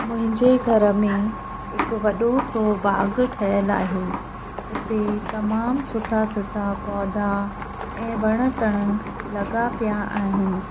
मुंहिंजे घर में हिकु वॾो सो बाग ठयल आहे उते तमाम सुठा सुठा पौधा ऐं वणु टिणु लॻा पिया आहिनि